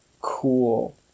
cool